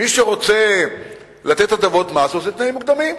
מי שרוצה לתת הטבות מס, עושה תנאים מוקדמים.